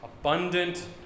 abundant